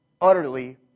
utterly